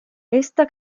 esta